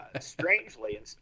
strangely